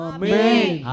Amen